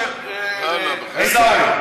של עיסאווי.